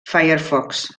firefox